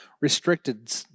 restricted